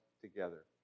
together